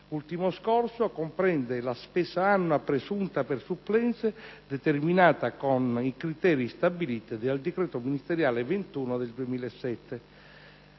ultimo scorso comprende la spesa annua presunta per supplenze, determinata con i criteri stabiliti dal decreto ministeriale n. 21 del 2007.